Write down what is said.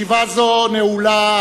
ישיבה זו נעולה.